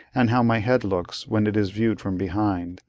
and how my head looks when it is viewed from behind,